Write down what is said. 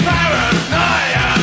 Paranoia